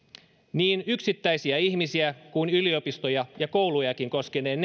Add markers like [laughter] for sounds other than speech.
niin yksittäisiä ihmisiä kuin yliopistoja ja koulujakin koskeneen [unintelligible]